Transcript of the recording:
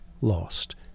lost